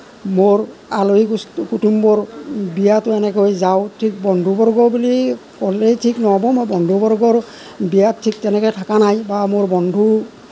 মোৰ আলহী কুচ কুতুমবোৰ বিয়াতো এনেকৈ যাওঁ বন্ধু বৰ্গৰ বুলি ক'লেই ঠিক নহ'ব মই বন্ধু বৰ্গৰ বিয়াত ঠিক তেনেকৈ ঠকা নাই বা মোৰ বন্ধু